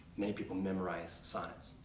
many people memorize sonnets.